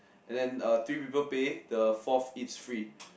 and then uh three people pay the fourth eats free